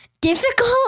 difficult